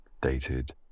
Dated